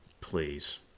Please